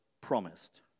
promised